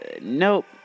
Nope